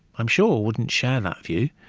i'm sure, wouldn't share that view,